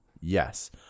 Yes